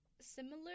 similar